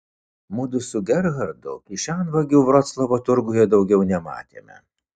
mudu su gerhardu kišenvagių vroclavo turguje daugiau nematėme